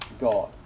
God